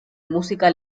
música